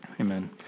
Amen